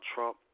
Trump